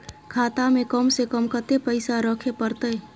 खाता में कम से कम कत्ते पैसा रखे परतै?